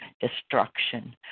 destruction